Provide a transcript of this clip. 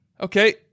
Okay